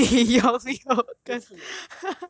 okay okay okay okay 不要唱 liao